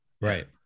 Right